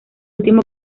último